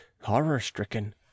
horror-stricken